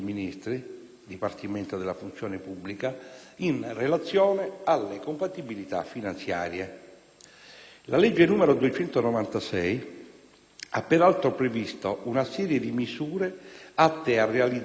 ministri-Dipartimento della funzione pubblica, in relazione alle compatibilità finanziarie. La legge n. 296 citata ha peraltro previsto una serie di misure atte a realizzare